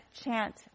chant